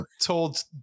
told